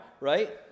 right